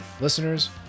Listeners